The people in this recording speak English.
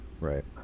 right